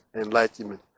enlightenment